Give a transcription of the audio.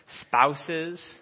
spouses